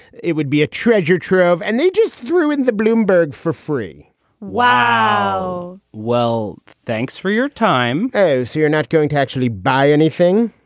it would be a treasure trove. and they just threw in the bloomberg for free wow oh, well, thanks for your time. so you're not going to actually buy anything?